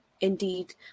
Indeed